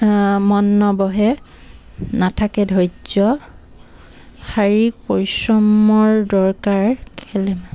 মন নবহে নাথাকে ধৈৰ্য্য় শাৰীৰিক পৰিশ্ৰমৰ দৰকাৰ খেল ধেমালি